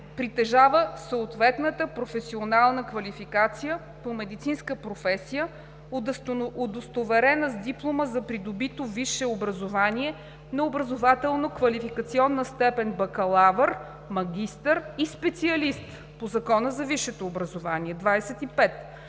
притежава съответната професионална квалификация, по „медицинска професия“, удостоверена с диплома за придобито висше образование на образователно-квалификационна степен „бакалавър“, „магистър“ и „специалист“ по Закона за висшето образование. 25.